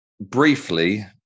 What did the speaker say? briefly